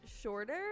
shorter